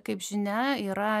kaip žinia yra